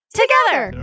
together